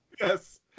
Yes